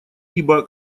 ибо